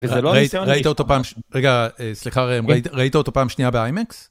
רגע סליחה ראית אותו פעם שנייה באיימקס.